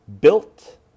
built